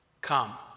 come